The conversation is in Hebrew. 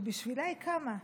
שבשבילה היא קמה,